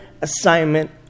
assignment